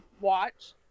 watch